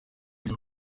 ibyo